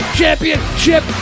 championship